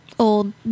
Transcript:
old